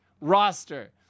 roster